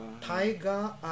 Taiga